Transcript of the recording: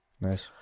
nice